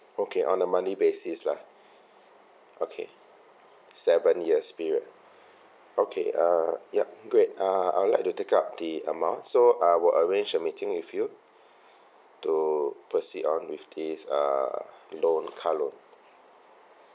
okay on the monthly basis lah okay seven years period okay uh yup great uh I'd like to take up the amount so I will arrange a meeting with you to proceed on with this err loan car loan